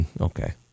Okay